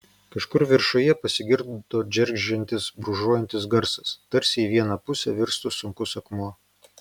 kažkur viršuje pasigirdo džeržgiantis brūžuojantis garsas tarsi į vieną pusę virstų sunkus akmuo